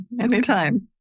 Anytime